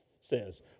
says